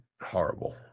horrible